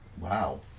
Wow